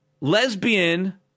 lesbian